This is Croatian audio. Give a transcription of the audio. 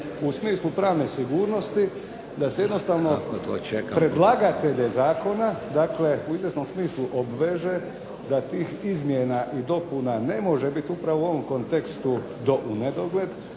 u smislu pravne sigurnosti, da se jednostavno predlagatelje zakona, dakle u izvjesnom smislu obveže da tih izmjena i dopuna ne može biti upravo u ovom kontekstu do unedogled,